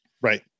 right